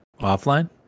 offline